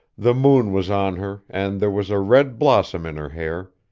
the moon was on her, and there was a red blossom in her hair,